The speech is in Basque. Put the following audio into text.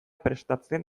prestatzen